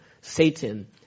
Satan